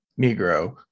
negro